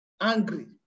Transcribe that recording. angry